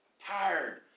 tired